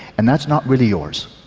and that's not really yours.